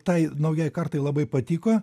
tai naujai kartai labai patiko